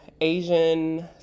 Asian